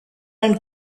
and